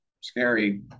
scary